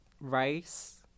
Rice